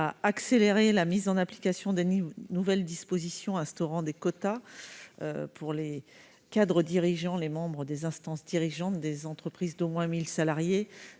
accélérer la mise en application des nouvelles dispositions instaurant des quotas pour les cadres dirigeants et les membres des instances dirigeantes des entreprises d'au moins 1 000 salariés.